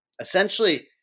essentially